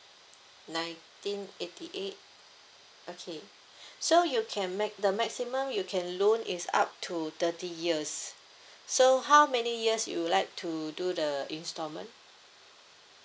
nineteen eighty eight okay so you can make the maximum you can loan is up to thirty years so how many years you would like to do the installment